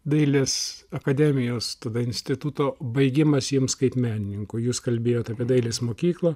dailės akademijos tada instituto baigimas jiems kaip menininkui jūs kalbėjot apie dailės mokyklą